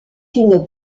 une